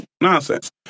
nonsense